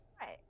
Right